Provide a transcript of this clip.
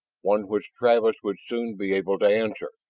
one which travis would soon be able to answer.